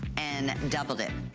and doubled it.